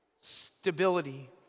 stability